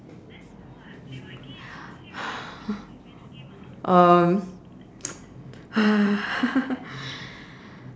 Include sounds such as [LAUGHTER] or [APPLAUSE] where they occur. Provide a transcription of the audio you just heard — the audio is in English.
um [NOISE]